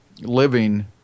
living